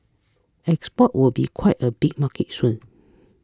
export would be quite a big market soon